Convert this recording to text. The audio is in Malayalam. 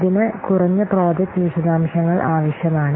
ഇതിന് കുറഞ്ഞ പ്രോജക്റ്റ് വിശദാംശങ്ങൾ ആവശ്യമാണ്